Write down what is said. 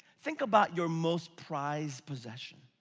think about your most prized possession.